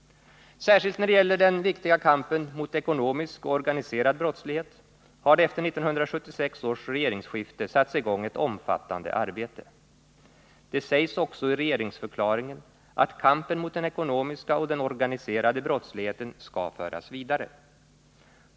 Särskilt när det gäller den viktiga kampen mot ekonomisk och organiserad brottslighet har det efter 1976 års regeringsskifte satts i gång ett omfattande arbete. Det sägs också i regeringsförklaringen att kampen mot den ekonomiska och den organiserade brottsligheten skall föras vidare.